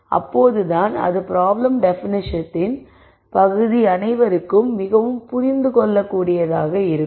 அப்போது தான் அது ப்ராப்ளம் டெபனிஷனத்தின் பகுதி அனைவருக்கும் மிகவும் புரிந்து கொள்ளக்கூடியதாக இருக்கும்